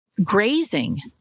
Grazing